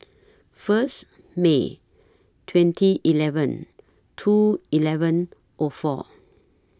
First May twenty eleven two eleven O four